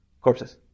corpses